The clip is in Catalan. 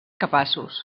capaços